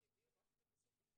זה שהביאו רק את המשפטנים,